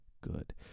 good